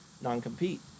non-compete